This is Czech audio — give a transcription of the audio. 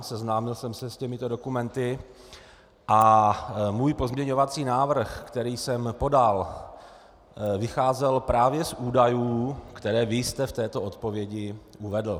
Seznámil jsem se s těmito dokumenty a můj pozměňovací návrh, který jsem podal, vycházel právě z údajů, které vy jste v této odpovědi uvedl.